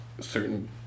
certain